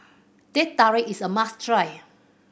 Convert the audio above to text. Teh Tarik is a must try